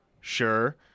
sure